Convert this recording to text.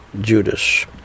Judas